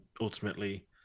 ultimately